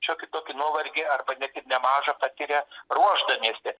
šiokį tokį nuovargį arba net ir nemažą patiria ruošdamiesi